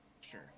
sure